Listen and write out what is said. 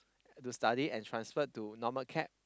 to study and transfer to normal acad